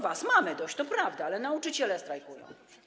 Was mamy dość, to prawda, ale to nauczyciele strajkują.